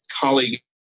colleague